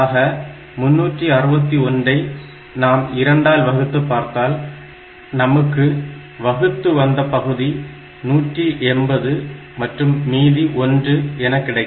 ஆக 361 ஐ நாம் 2 ஆல் வகுத்து பார்த்தால் நமக்கு வகுத்து வந்த பகுதி 180 மற்றும் மீதி 1 என கிடைக்கும்